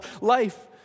life